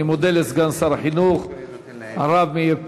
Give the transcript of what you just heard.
אני מודה לסגן שר החינוך הרב מאיר פרוש.